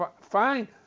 fine